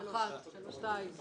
לא נתקבלה.